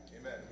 Amen